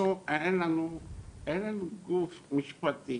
אנחנו אין לנו גוף משפטי,